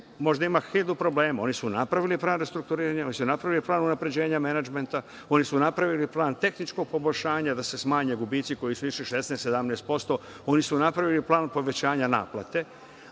možda ima hiljadu problema. Oni su napravili plan restrukturiranja, oni su napravili plan unapređenja menadžmenta, oni su napravili plan tehničkog poboljšanja da se smanje gubici koji su išli 16, 17%. Oni su napravili plan povećanja naplate.